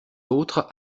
autres